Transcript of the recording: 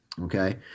okay